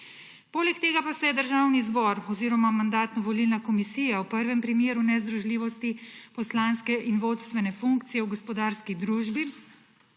Poleg tega pa se je Državni zbor oziroma Mandatno-volilna komisija v prvem primeru nezdružljivosti poslanske in vodstvene funkcije v gospodarski družbi